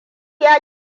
ya